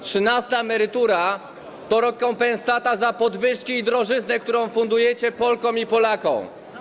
Trzynasta emerytura to rekompensata za podwyżki i drożyznę, które fundujecie Polkom i Polakom.